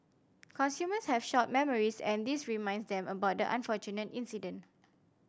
consumers have short memories and this reminds them about the unfortunate incident